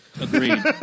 Agreed